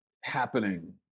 happening